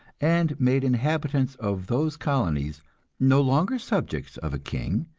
and made inhabitants of those colonies no longer subjects of a king,